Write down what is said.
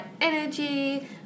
energy